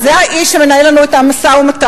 אז זה האיש שמנהל לנו אתם משא-ומתן.